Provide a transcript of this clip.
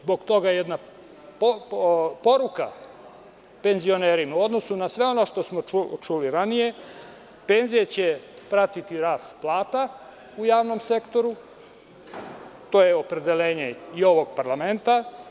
Zbog toga jedna poruka penzionerima u odnosu na sve ono što smo čuli ranije, penzije će pratiti rast plata u javnom sektoru, to je opredeljenje i ovog parlamenta.